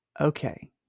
okay